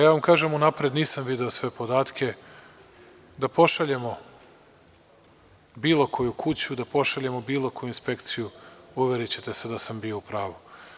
Ja vam kažem unapred, nisam video sve podatke, da pošaljemo bilo koju kuću, da pošaljemo bilo koju inspekciju, uverićete se da sam bio u pravu.